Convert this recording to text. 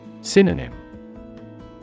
Synonym